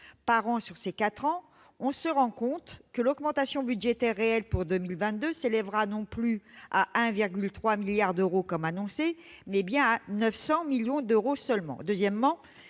par an pour ces quatre années, on se rend compte que l'augmentation budgétaire réelle en 2022 s'élèvera non plus à 1,3 milliard d'euros comme annoncé, mais à seulement 900 millions d'euros.